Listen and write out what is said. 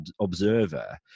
observer